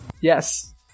Yes